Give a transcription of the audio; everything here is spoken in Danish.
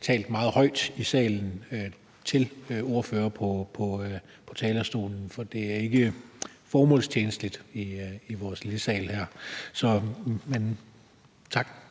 talt meget højt i salen, mens der er ordførere på talerstolen, for det er ikke formålstjenligt i vores lille sal her. Tak.